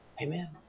Amen